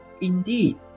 Indeed